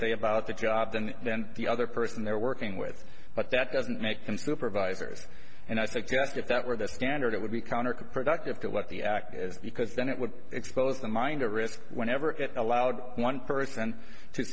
say about the job than then the other person they're working with but that doesn't make them supervisors and i think just if that were the standard it would be counterproductive to what the act is because then it would expose the mind of risk whenever it allowed one person to